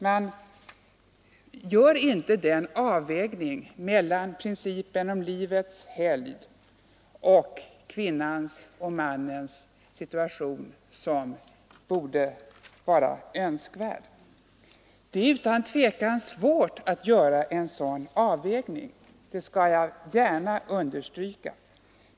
Man gör inte den avvägning som är önskvärd mellan principen om livets helgd och kvinnans och mannens situation. Det är utan tvivel svårt att göra en sådan avvägning — det understryker jag gärna.